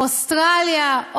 אוסטרליה,